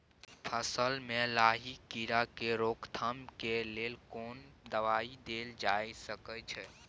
फसल में लाही कीरा के रोकथाम के लेल कोन दवाई देल जा सके छै?